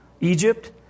Egypt